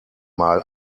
mal